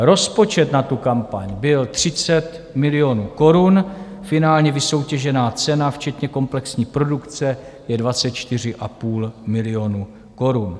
Rozpočet na kampaň byl 30 milionů korun, finálně vysoutěžená cena včetně komplexní produkce je 24,5 milionu korun.